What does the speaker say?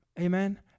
Amen